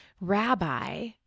Rabbi